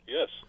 Yes